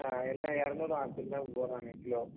ஆ எல்லா இரநூருவா ஆப்பிள்தான் போடுறாங்க கிலோ